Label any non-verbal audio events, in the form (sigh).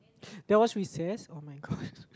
there was recess oh-my-god (laughs)